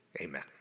Amen